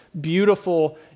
beautiful